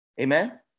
Amen